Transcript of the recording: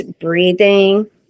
breathing